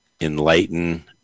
enlighten